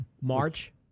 March